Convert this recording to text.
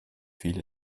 viele